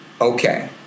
Okay